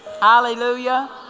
Hallelujah